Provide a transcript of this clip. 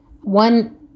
One